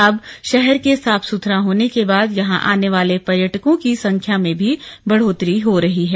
अब शहर के साफ सुथरा होने के बाद यहां आने वाले पर्यटकों की संख्या में और बढ़ोतरी हो रही है